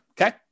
Okay